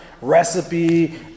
recipe